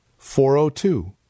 402